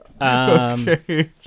Okay